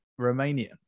Romanian